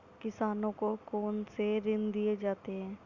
किसानों को कौन से ऋण दिए जाते हैं?